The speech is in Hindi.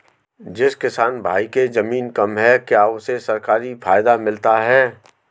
जिस किसान भाई के ज़मीन कम है क्या उसे सरकारी फायदा मिलता है?